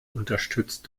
unterstützt